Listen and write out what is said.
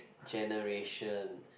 generation